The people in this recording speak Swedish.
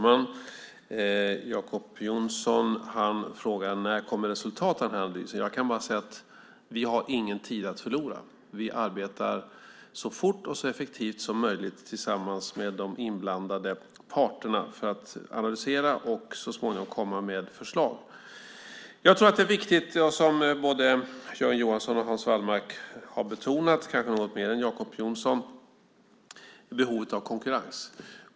Fru talman! Jacob Johnson frågade när resultaten av analysen kommer. Vi har ingen tid att förlora. Vi arbetar så fort och effektivt som möjligt tillsammans med de inblandade parterna för att analysera och så småningom komma med förslag. Det är viktigt - som både Jörgen Johansson och Hans Wallmark har betonat, kanske något mer än Jacob Johnson - att se behovet av konkurrens.